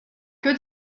que